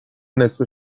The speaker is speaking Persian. نصفه